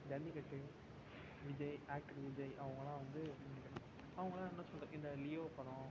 jallikattu Vijay actor Vijay அவங்களாம் வந்து அவங்களாம் என்ன சொல்கிறது இந்த லியோ படம்